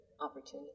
opportunity